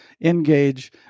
engage